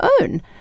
own